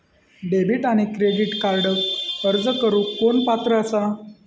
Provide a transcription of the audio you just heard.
Debit आणि credit कार्डक अर्ज करुक कोण पात्र आसा?